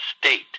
state